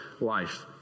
life